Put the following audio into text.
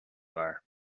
bhfear